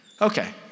Okay